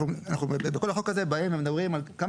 אנחנו בכל החוק הזה באים ומדברים על כמה